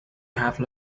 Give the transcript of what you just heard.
have